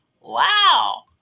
wow